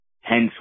hence